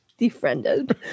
defriended